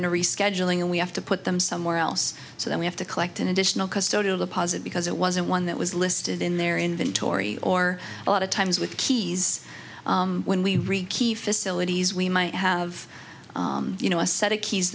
a rescheduling and we have to put them somewhere else so then we have to collect an additional custodial deposit because it wasn't one that was listed in their inventory or a lot of times with keys when we read keefe facilities we might have you know a set of keys